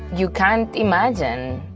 you can't imagine.